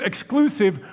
exclusive